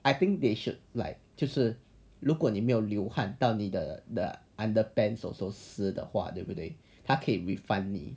I think they should like 就是如果你没有流汗 until 你的 underpants also 湿的话它可以 refund 你